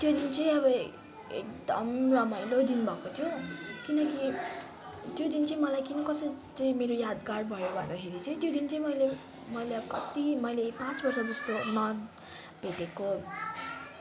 त्यो दिन चाहिँ अब एकदम रमाइलो दिन भएको थियो किनकि त्यो दिन चाहिँ मलाई किन कसरी चाहिँ मेरो यादगार भयो भन्दाखेरि चाहिँ त्यो दिन चाहिँ मैले मैले अब कति मैले पाँच वर्षजस्तोमा नभेटेको